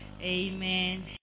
Amen